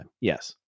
Yes